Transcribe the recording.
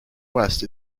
west